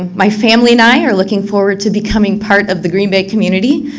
um my family and i are looking forward to becoming part of the green bay community.